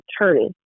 attorney